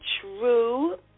true